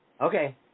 Okay